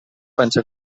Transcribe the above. pensa